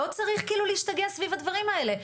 לא צריך כאילו להשתגע סביב הדברים האלה,